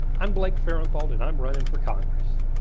i'm blake farenthold, and i'm running for congress.